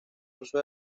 uso